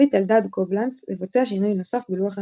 החליט אלדד קובלנץ לבצע שינוי נוסף בלוח המשדרים.